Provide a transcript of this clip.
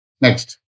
Next